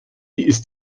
ist